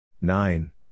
Nine